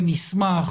במסמך,